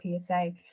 PSA